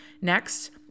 Next